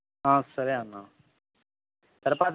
సరే అన్నా సరిపోతుంది